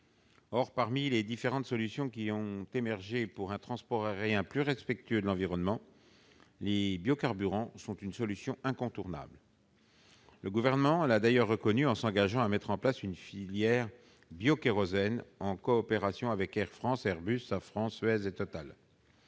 Or, parmi les différentes solutions qui ont émergé pour un transport aérien plus respectueux de l'environnement, les biocarburants sont une solution incontournable. Le Gouvernement l'a d'ailleurs reconnu en s'engageant à mettre en place une filière biokérosène en coopération avec Air France, Airbus, Safran, Suez et Total.